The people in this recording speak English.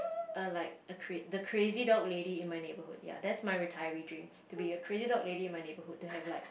err like a the crazy dog lady in my neighbourhood ya that's my retiring dream to be a crazy dog lady in my neighbourhood to have like